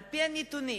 על-פי הנתונים,